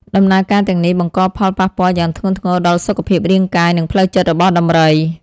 ដំណើរការទាំងនេះបង្កផលប៉ះពាល់យ៉ាងធ្ងន់ធ្ងរដល់សុខភាពរាងកាយ និងផ្លូវចិត្តរបស់ដំរី។